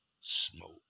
smoke